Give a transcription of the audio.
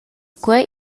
quei